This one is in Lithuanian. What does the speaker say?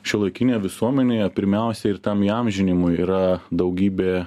šiuolaikinėje visuomenėje pirmiausia ir tam įamžinimui yra daugybė